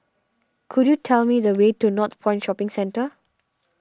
could you tell me the way to Northpoint Shopping Centre